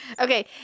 Okay